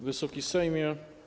Wysoki Sejmie!